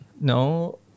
No